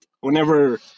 whenever